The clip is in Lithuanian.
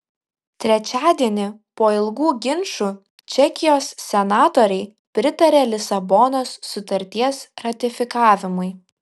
trečiadienį po ilgų ginčų čekijos senatoriai pritarė lisabonos sutarties ratifikavimui